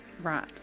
right